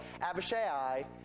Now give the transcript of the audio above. Abishai